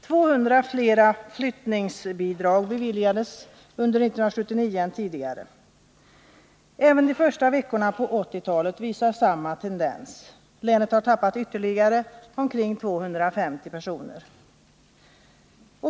200 fler flyttningsbidrag beviljades under 1979 än tidigare. Även de första veckorna på 1980-talet visar samma tendens. Länet har tappat ytterligare omkring 250 personer.